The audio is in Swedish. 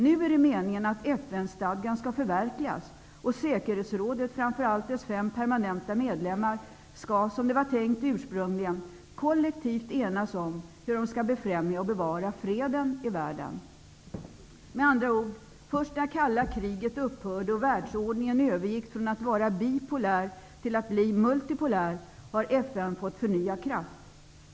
Nu är det meningen att FN-stadgan skall förverkligas, och säkerhetsrådet, framför allt dess fem permanenta medlemmar, skall, som det var tänkt ursprungligen, kollektivt enas om hur de skall främja och bevara freden i världen. Med andra ord, först när kalla kriget upphörde och världsordningen övergick från att vara bipolär till att bli multipolär har FN fått förnyad kraft.